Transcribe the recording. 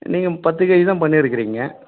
நீங்கள் பத்து கேஜி தான் பண்ணியிருக்குறீங்க